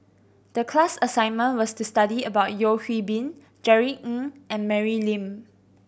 the class assignment was to study about Yeo Hwee Bin Jerry Ng and Mary Lim